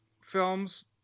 films